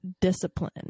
discipline